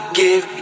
give